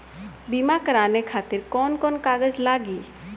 बीमा कराने खातिर कौन कौन कागज लागी?